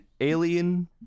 alien